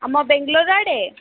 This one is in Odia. ଆମ ବେଙ୍ଗଲୋର ଆଡ଼େ